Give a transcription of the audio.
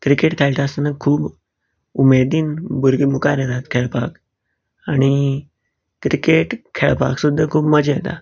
cricket खेळटा आसतना खूब उमेदीन भुरगीं मुखार येतात खेळपाक आनी क्रिकेट खेळपाक सुद्दां खूब मजा येता